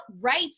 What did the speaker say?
right